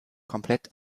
komplett